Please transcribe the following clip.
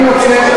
אם אתה טועה,